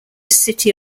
city